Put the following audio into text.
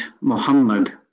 Muhammad